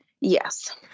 Yes